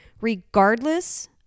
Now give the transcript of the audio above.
regardless